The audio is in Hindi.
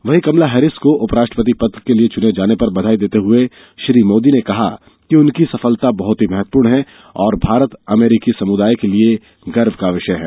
वहीं कमला हैरिस को उपराष्ट्रपति पद के लिए चुने जाने पर बधाई देते हुए श्री मोदी ने कहा कि उनकी सफलता बहुत ही महत्वपूर्ण है और भारत अमरीकी समुदाय के लिए गर्व का विषय है